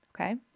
okay